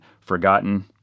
forgotten